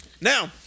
now